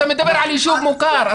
אתה מדבר על ישוב מוכר,